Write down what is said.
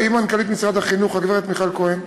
עם מנכ"לית משרד החינוך הגברת מיכל כהן.